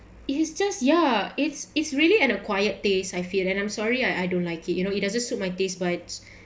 it is just ya it's it's really an acquired taste I feel and I'm sorry I I don't like it you know it doesn't suit my taste buds